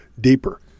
deeper